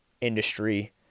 industry